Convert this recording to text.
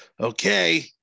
okay